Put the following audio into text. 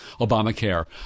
Obamacare